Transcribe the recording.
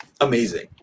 amazing